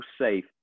safe